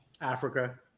Africa